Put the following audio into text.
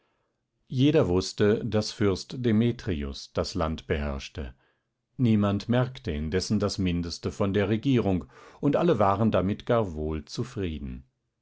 jeder wußte daß fürst demetrius das land beherrschte niemand merkte indessen das mindeste von der regierung und alle waren damit gar wohl zufrieden